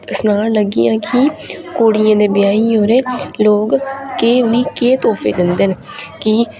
सनान लगी आं कि कुड़ियें दे ब्याहें च लोक केह् उ'नेंई केह् तोफे दिंदे न